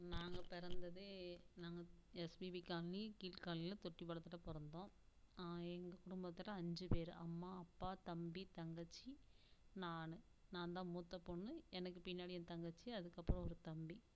நாங்கள் பிறந்ததே நாங்கள் எஸ்பிபி காலனி கீழ் காலனியில் தொட்டி பாலத்துகிட்ட பிறந்தோம் எங்கள் குடும்பத்தில் அஞ்சு பேர் அம்மா அப்பா தம்பி தங்கச்சி நான் நான்தான் மூத்த பொண்ணு எனக்கு பின்னாடி என் தங்கச்சி அதுக்கப்பறம் ஒரு தம்பி